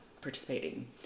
participating